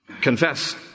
confess